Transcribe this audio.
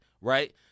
right